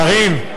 קארין,